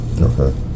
Okay